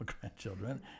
grandchildren